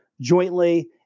jointly